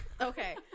Okay